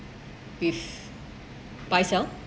with buy sell